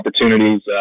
opportunities